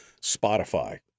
Spotify